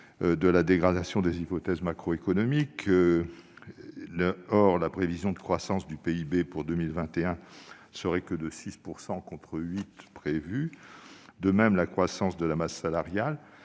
de la dégradation des hypothèses macroéconomiques. La prévision de croissance du PIB pour 2021 ne serait que de 6 %, contre 8 % prévus auparavant. De même, la croissance de la masse salariale